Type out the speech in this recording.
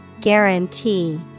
Guarantee